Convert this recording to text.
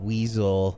Weasel